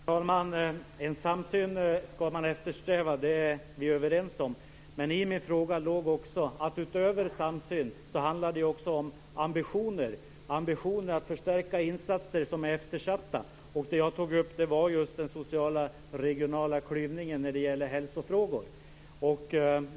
Fru talman! Vi är överens om att man ska eftersträva en samsyn. Men i min fråga låg också att det, utöver samsyn, också handlar om ambitioner att förstärka insatser som är eftersatta. Jag tog upp den sociala regionala klyvningen när det gäller hälsofrågor.